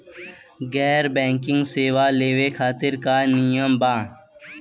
गैर बैंकिंग सेवा लेवे खातिर का नियम बा?